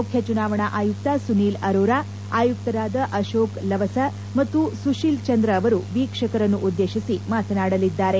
ಮುಖ್ಯ ಚುನಾವಣಾ ಆಯುಕ್ತ ಸುನಿಲ್ ಆರೋರಾ ಆಯುಕ್ತರಾದ ಅಶೋಕ್ ಲವಸ ಮತ್ತು ಸುಶೀಲ್ ಚಂದ್ರ ಅವರು ವೀಕ್ವಕರನ್ನು ಉದ್ದೇಶಿಸಿ ಮಾತನಾಡಲಿದ್ದಾರೆ